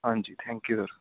ਹਾਂਜੀ thank you sir